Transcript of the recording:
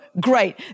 great